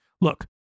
Look